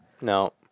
No